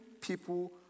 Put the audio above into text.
people